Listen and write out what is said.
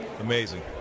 Amazing